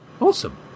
Awesome